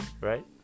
right